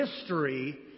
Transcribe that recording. history